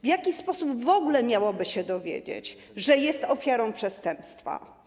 W jaki sposób w ogóle miałoby się dowiedzieć, że jest ofiarą przestępstwa?